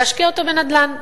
להשקיע אותו בנדל"ן,